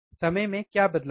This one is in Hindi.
समय में क्या बदलाव है